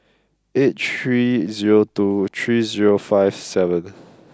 eight three zero two three zero five seven